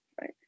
right